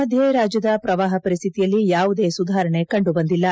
ಮಧ್ಯೆ ರಾಜ್ಯದ ಪ್ರವಾಹ ಪರಿಸ್ಡಿತಿಯಲ್ಲಿ ಯಾವುದೇ ಸುಧಾರಣೆ ಕಂಡುಬಂದಿಲ್ಲ